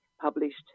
published